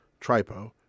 Tripo